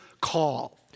call